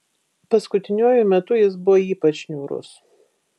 paskutiniuoju metu jis buvo ypač niūrus